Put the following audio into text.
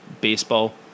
baseball